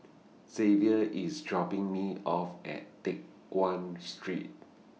Zavier IS dropping Me off At Teck Guan Street